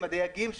הדייגים,